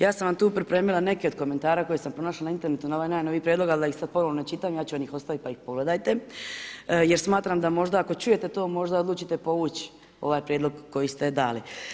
Ja sam vam tu pripremila neke od komentara koje sam pronašla na internetu na ovaj najnoviji prijedlog, ali da ih sad ponovno ne čitam ja ću vam ih ostavit pa ih pogledajte jer smatram da možda ako čujete to, možda odlučite povuć ovaj prijedlog koji ste dali.